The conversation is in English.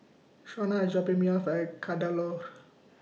Shena IS dropping Me off At Kadaloor